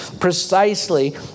precisely